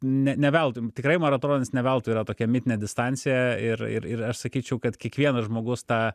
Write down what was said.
ne ne veltui tikrai maratonas ne veltui yra tokia mitinė distancija ir ir ir aš sakyčiau kad kiekvienas žmogus tą